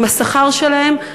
עם השכר שלהם,